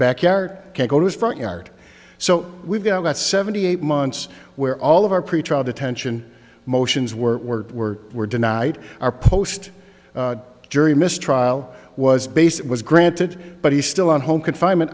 yard can't go to his front yard so we've got about seventy eight months where all of our pretrial detention motions were were were denied our post jury missed trial was based was granted but he's still on home confinement